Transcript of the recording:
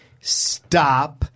Stop